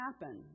happen